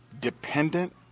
dependent